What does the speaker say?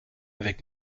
avec